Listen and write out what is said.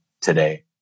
today